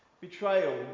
Betrayal